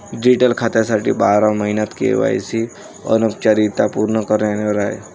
digital खात्यासाठी बारा महिन्यांत के.वाय.सी औपचारिकता पूर्ण करणे अनिवार्य आहे